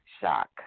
Shock